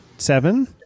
seven